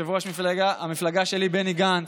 יושב-ראש המפלגה שלי בני גנץ,